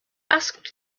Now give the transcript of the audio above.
asked